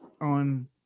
on